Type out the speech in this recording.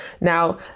Now